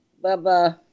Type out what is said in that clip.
Bye-bye